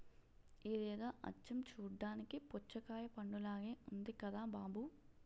ఇదేదో అచ్చం చూడ్డానికి పుచ్చకాయ పండులాగే ఉంది కదా బాబూ